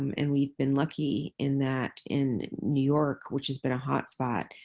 um and we've been lucky in that in new york, which has been a hotspot,